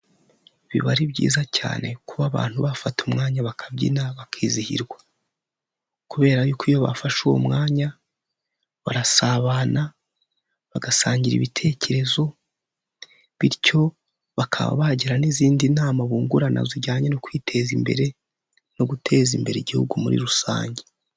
Biba ari byiza cyane kuba abantu bafata umwanya bakabyina, bakizihirwa. kubera yuko iyo bafashe uwo mwanya, barasabana, bagasangira ibitekerezo, bityo bakaba bagira n'izindi nama bungurana zijyanye no kwiteza imbere, no guteza imbere igihugu muri rusange.